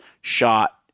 shot